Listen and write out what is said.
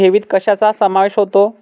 ठेवीत कशाचा समावेश होतो?